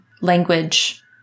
language